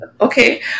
Okay